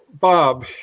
Bob